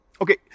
Okay